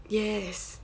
yes